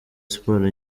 sports